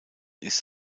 ist